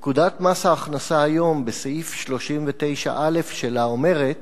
פקודת מס ההכנסה היום, בסעיף 39א שלה, אומרת